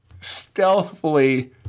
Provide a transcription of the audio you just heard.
Stealthily